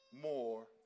more